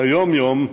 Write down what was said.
ביום-יום,